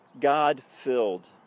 God-filled